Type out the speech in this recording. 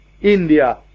India